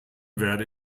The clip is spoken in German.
werde